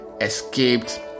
escaped